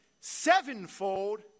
sevenfold